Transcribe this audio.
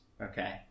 Okay